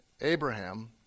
Abraham